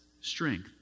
strength